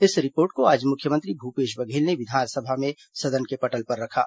इस रिपोर्ट को आज मुख्यमंत्री भूपेश बघेल ने विधानसभा में सदन के पटल पर रखा